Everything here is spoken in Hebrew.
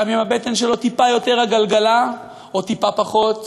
גם אם הבטן שלו טיפה יותר עגלגלה או טיפה פחות,